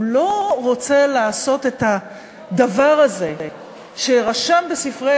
הוא לא רוצה לעשות את הדבר הזה שיירשם בספרי